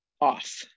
off